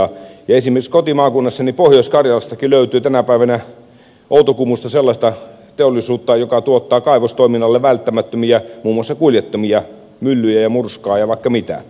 esimerkiksi kotimaakunnastani pohjois karjalastakin löytyy tänä päivänä outokummusta sellaista teollisuutta joka tuottaa muun muassa kaivostoiminnalle välttämättömiä kuljettimia myllyjä ja murskaajia ja vaikka mitä